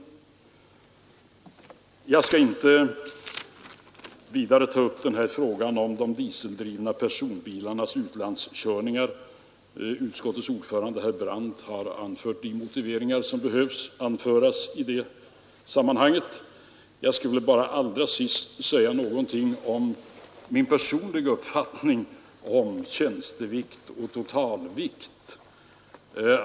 Jag skall inte vidare diskutera frågan om de dieseldrivna personbilarnas utlandskörningar. Utskottets ordförande herr Brandt har anfört de motiveringar som behöver anföras i det sammanhanget. Jag vill bara allra sist redovisa min personliga uppfattning om tjänstevikt och totalvikt.